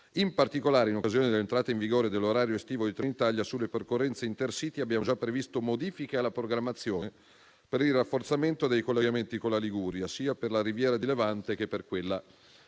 In particolare, in occasione dell'entrata in vigore dell'orario estivo di Trenitalia, sulle percorrenze *intercity* abbiamo già previsto modifiche alla programmazione per il rafforzamento dei collegamenti con la Liguria, sia per la riviera di Levante che per quella